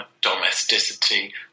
domesticity